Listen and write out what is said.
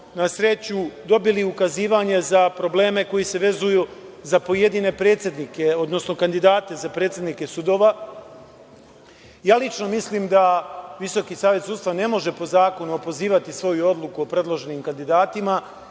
na sreću dobili ukazivanje na probleme koji se vezuju za pojedine predsednike, odnosno kandidate za predsednike sudova. Lično mislim da Visoki savet sudstva ne može po zakonu opozivati svoju odluku o predloženim kandidatima,